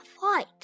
fight